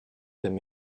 them